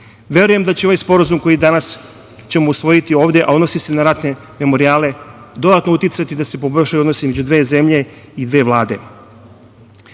nivo. Verujem da će ovaj sporazum koji ćemo danas usvojiti ovde, a odnosi se na ratne memorijale, dodatno uticati da se poboljšaju odnosi između dve zemlje i dve vlade. Drugi